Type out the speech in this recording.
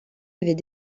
avaient